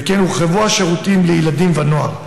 וכן הורחבו השירותים לילדים ונוער.